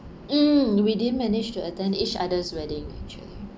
mm we didn't manage to attend each other's wedding actually